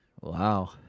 Wow